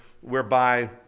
whereby